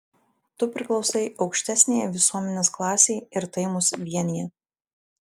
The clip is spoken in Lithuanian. tu priklausai aukštesniajai visuomenės klasei ir tai mus vienija